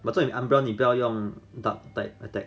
but 这里 umbra 你不要用 dark deck attack